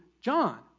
John